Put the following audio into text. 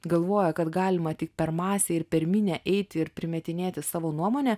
galvoja kad galima tik per masę ir per minią eiti ir primetinėti savo nuomonę